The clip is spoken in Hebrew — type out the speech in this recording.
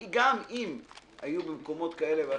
בצלאל,